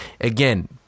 Again